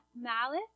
malice